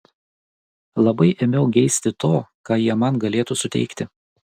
labai ėmiau geisti to ką jie man galėtų suteikti